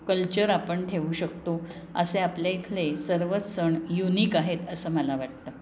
culture आपण ठेवू शकतो असे आपल्या इथले सर्वच सण युनिक आहेत असं मला वाटतं